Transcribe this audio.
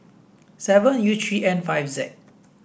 seven U three N five Z